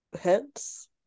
Hence